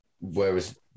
Whereas